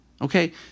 Okay